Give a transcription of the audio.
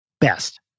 best